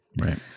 Right